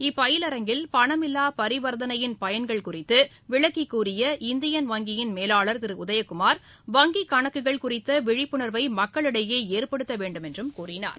இப்பயிலரங்கில் பணமில்லா பரிவர்த்தனையின் பயன்கள் குறித்து விளக்கிக் கூறிய இந்தியன் வங்கியின் மேலாளர் திரு உதயகுமார் வங்கிக் கணக்குகள் குறித்த விழிப்புணர்வை மக்களிடையே ஏற்படுத்த வேண்டும் என்றும் கூறினார்